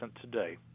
today